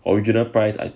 original price I